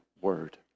word